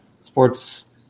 sports